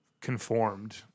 conformed